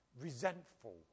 resentful